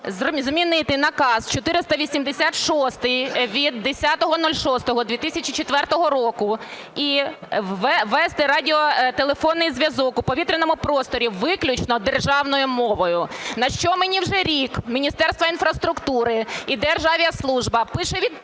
змінити Наказ 486 від 10.06.2004 року і вести радіотелефонний зв'язок у повітряному просторі виключно державною мовою. На що мені вже рік Міністерство інфраструктури і Державіаслужба пише відписки,